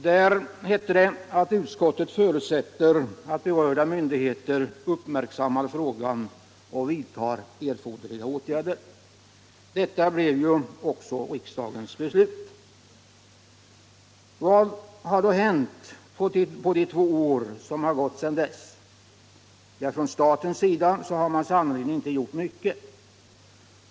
Utskottet anför: ”Utskottet förutsätter att berörda myndigheter uppmärksammar frågan och vidtar erforderliga åtgärder.” Detta låg också till grund för riksdagens beslut. Vad har då hänt på de två år som gått sedan dess? Ja, från statens sida har man sannerligen inte gjort mycket.